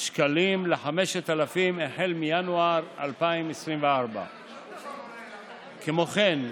שקלים ל-5,000 שקלים החל מינואר 2024. כמו כן,